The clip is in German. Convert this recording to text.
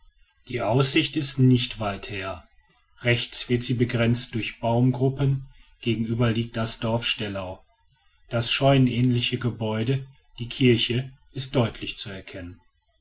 die aussicht ist nicht weit her rechts wird sie begrenzt durch baumgruppen gegenüber liegt das dorf stellau das scheunenähnliche gebäude die kirche ist deutlich zu erkennen